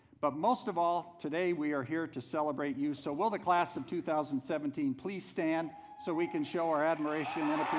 but most of all today we are here to celebrate you. so, will the class of two thousand and seventeen please stand so we can show our admiration and